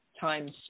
times